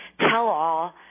tell-all